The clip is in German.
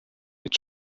mit